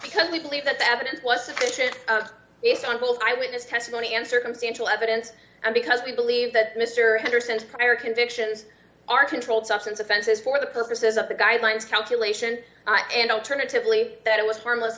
because we believe that the evidence was sufficient uncle's eye witness testimony and circumstantial evidence and because we believe that mr anderson's prior convictions are controlled substance offenses for the purposes of the guidelines calculation and alternatively that it was harmless